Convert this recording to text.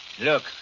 Look